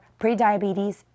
prediabetes